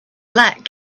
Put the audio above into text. black